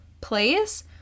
place